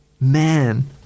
Man